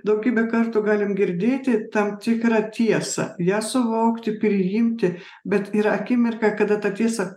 daugybę kartų galim girdėti tam tikrą tiesą ją suvokti priimti bet yra akimirka kada tą tiesą